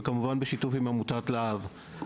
וכמובן בשיתוף עם עמותת לה"ב.